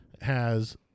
has-